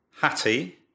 Hattie